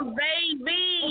baby